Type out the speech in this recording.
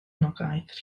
anogaeth